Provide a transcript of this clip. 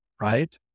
right